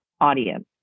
audience